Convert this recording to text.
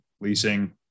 leasing